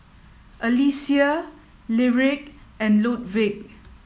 Alesia Lyric and Ludwig